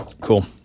cool